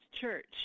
church